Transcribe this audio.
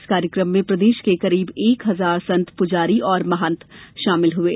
इस कार्यक्रम में प्रदेश के करीब एक हजार संत पुजारी और महंत शामिल हुये